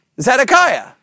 Zedekiah